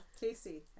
Casey